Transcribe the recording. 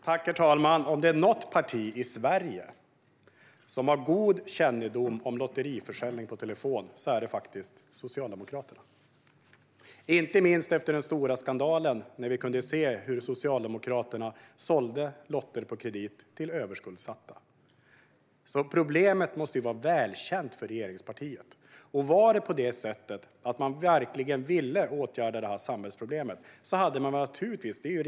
Herr talman! Om det är något parti i Sverige som har god kännedom om lotteriförsäljning på telefon är det faktiskt Socialdemokraterna, inte minst efter den stora skandalen där vi kunde se hur Socialdemokraterna sålde lotter på kredit till överskuldsatta. Problemet måste alltså vara välkänt för regeringspartiet, och vore det så att man verkligen ville åtgärda detta samhällsproblem hade man naturligtvis gjort det.